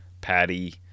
patty